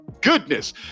goodness